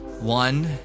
One